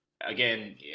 again